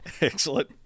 Excellent